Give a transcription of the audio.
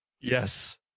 Yes